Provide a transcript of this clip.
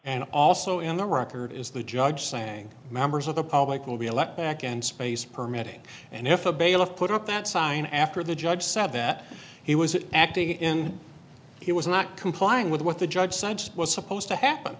and also in the record is the judge saying members of the public will be elect back and space permitting and if a bailiff put up that sign after the judge said that he was acting in he was not complying with what the judge decides was supposed to happen